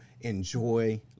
enjoy